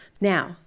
Now